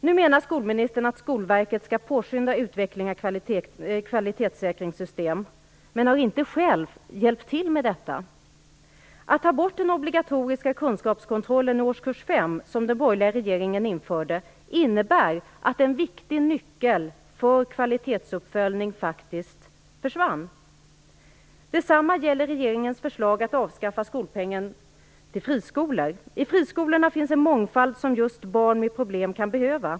Nu menar skolministern att Skolverket skall påskynda utvecklingen av kvalitetssäkringssystem, men hon har inte själv hjälpt till med detta. Att ta bort den obligatoriska kunskapskontrollen i årskurs 5, som den borgerliga regeringen införde, innebär att en viktig nyckel för kvalitetsuppföljning faktiskt försvann. Detsamma gäller regeringens förslag att avskaffa skolpengen till friskolor. I friskolorna finns en mångfald som just barn med problem kan behöva.